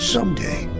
Someday